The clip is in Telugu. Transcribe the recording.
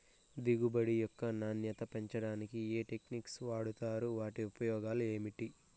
దిగుబడి యొక్క నాణ్యత పెంచడానికి ఏ టెక్నిక్స్ వాడుతారు వాటి ఉపయోగాలు ఏమిటి?